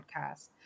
podcast